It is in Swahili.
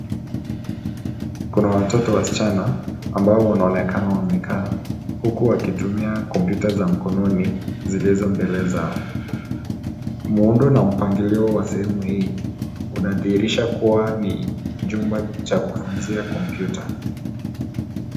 Kuna watoto wasichana ambao wanaonekana wamekaa huku wakitumia kompyuta za mikononi zilizo mbele zao. Muundo na mpangilio wa sehemu hii unadhihirisha kuwa ni jumba cha kufunzia kompyuta.